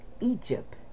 Egypt